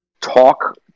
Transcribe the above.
talk